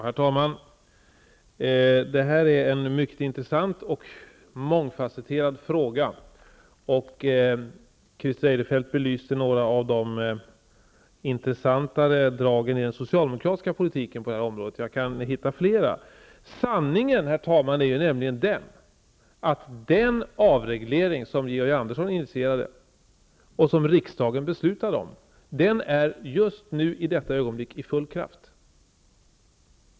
Herr talman! Det här är en mycket intressant och mångfasetterad fråga, och Christer Eirefelt belyste några av de intressantare dragen i den socialdemokratiska politiken på området; jag kan hitta flera. Sanningen, herr talman, är nämligen den att den avreglering som Georg Andersson initierade och som riksdagen beslutade om är just nu i detta ögonblick i full kraft.